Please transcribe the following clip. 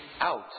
out